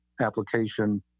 application